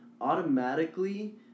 automatically